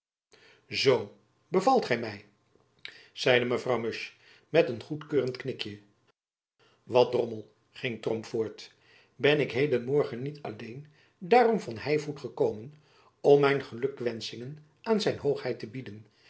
zoo bevalt gy my zeide mevrouw musch met een goedkeurend knikjen wat drommel ging tromp voort ben ik heden morgen niet alleen daarom van heivoet gekomen om mijn gelukwenschingen aan zijn hoogheid te bieden